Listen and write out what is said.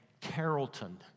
Carrollton